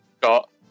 got